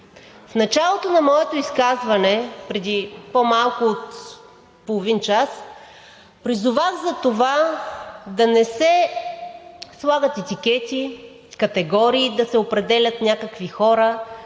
В началото на моето изказване преди по-малко от половин час призовах да не се слагат етикети, категории, да се определят някакви хора